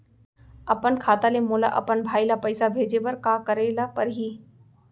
अपन खाता ले मोला अपन भाई ल पइसा भेजे बर का करे ल परही?